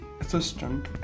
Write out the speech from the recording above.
assistant